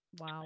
Wow